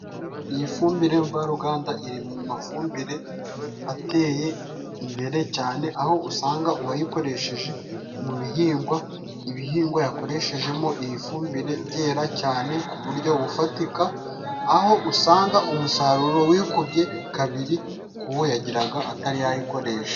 Iyi fumbire mvaruganda iri mu mafumbire ateye imbere cyane, aho usanga uwayikoresheje mu bihingwa, ibihingwa yakoreshejemo iyifumbire byera cyane ku buryo bufatika, aho usanga umusaruro wikubye kabiri kuwo yagiraga atarayikoresha.